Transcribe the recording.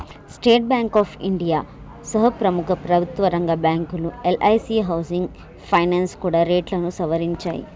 state Bank of India సహా ప్రముఖ ప్రభుత్వరంగ బ్యాంకులు, ఎల్ఐసీ హౌసింగ్ ఫైనాన్స్ కూడా రేట్లను సవరించాయి